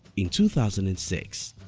in two thousand and six,